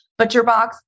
ButcherBox